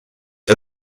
are